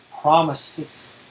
promises